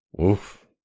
Oof